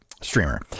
streamer